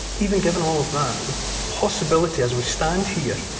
even given all of that, the possibility as we stand here,